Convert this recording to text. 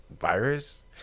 virus